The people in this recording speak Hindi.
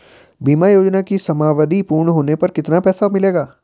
बीमा योजना की समयावधि पूर्ण होने पर कितना पैसा मिलेगा?